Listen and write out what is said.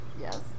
Yes